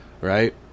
right